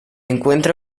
encuentra